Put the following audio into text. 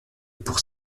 pour